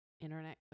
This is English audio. internet